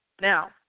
Now